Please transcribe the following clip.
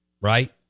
Right